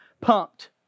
pumped